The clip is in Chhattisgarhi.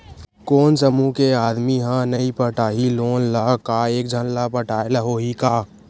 कोन समूह के आदमी हा नई पटाही लोन ला का एक झन ला पटाय ला होही का?